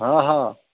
ହଁ ହଁ